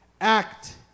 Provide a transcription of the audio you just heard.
act